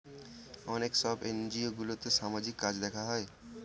অনেক সব এনজিওগুলোতে সামাজিক কাজ দেখা হয়